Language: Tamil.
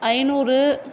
ஐநூறு